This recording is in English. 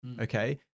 Okay